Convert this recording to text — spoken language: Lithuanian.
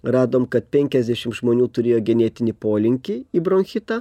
radom kad penkiasdešim žmonių turėjo genetinį polinkį į bronchitą